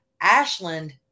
Ashland